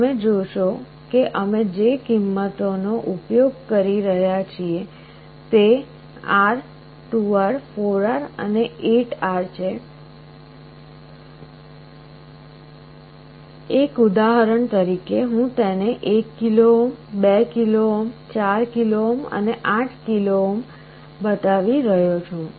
તમે જોશો કે અમે જે કિંમતો નો ઉપયોગ કરી રહ્યા છીએ તે છે R 2R 4R અને 8R એક ઉદાહરણ તરીકે હું તેને 1 kilo ohm 2 kilo ohm 4 kilo ohm અને 8 કિલો ઓહ્મ બતાવી રહ્યો છું